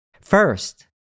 First